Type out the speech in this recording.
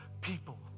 people